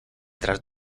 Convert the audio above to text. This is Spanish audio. tras